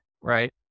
right